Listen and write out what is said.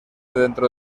dentro